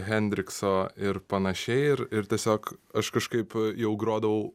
hendrikso ir panašiai ir ir tiesiog aš kažkaip jau grodavau